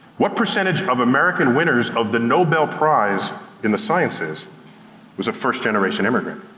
what percentage of american winners of the nobel prize in the sciences was a first generation immigrant?